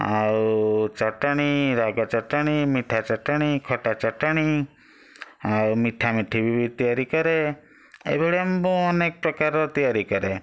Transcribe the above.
ଆଉ ଚଟଣି ରାଗ ଚଟଣି ମିଠା ଚଟଣି ଖଟା ଚଟଣି ଆଉ ମିଠା ମିଠି ବି ତିଆରି କରେ ଏଇଭଳିଆ ମୁଁ ଅନେକ ପ୍ରକାରର ତିଆରି କରେ